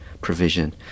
provision